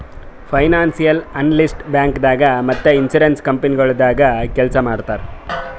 financial analyst ಬ್ಯಾಂಕ್ದಾಗ್ ಮತ್ತ್ insurance ಕಂಪನಿಗೊಳ್ದಾಗ ಕೆಲ್ಸ್ ಮಾಡ್ತರ್